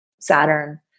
Saturn